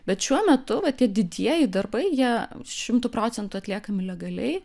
bet šiuo metu va tie didieji darbai jie šimtu procentų atliekami legaliai